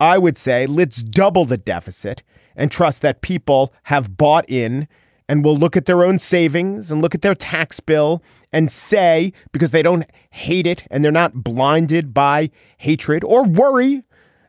i would say let's double the deficit and trust that people have bought in and will look at their own savings and look at their tax bill and say because they don't hate it and they're not blinded by hatred or worry